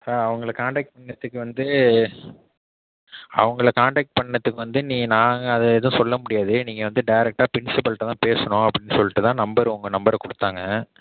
sir அவங்களை contact பண்ணதுக்கு வந்து அவங்களை கான்டக்ட் பண்ணதுக்கு வந்து நீ நாங்கள் அதை எதுவும் சொல்ல முடியாது நீங்கள் வந்து டேரக்ட்டாக ப்ரின்ஸிபல்கிட்ட தான் பேசணும் அப்படின்னு சொல்லிட்டு தான் நம்பர் உங்கள் நம்பரை கொடுத்தாங்க